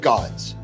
God's